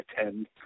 attend